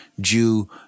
Jew